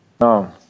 No